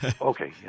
Okay